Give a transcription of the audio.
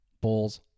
Bulls